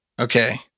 Okay